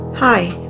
Hi